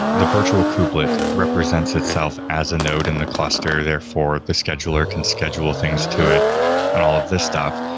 the virtual kubelet represents itself as a node in the cluster, therefore the scheduler can schedule things to it and all of this stuff.